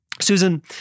Susan